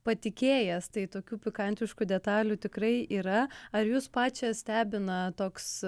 patikėjęs tai tokių pikantiškų detalių tikrai yra ar jus pačią stebina toks